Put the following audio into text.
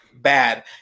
bad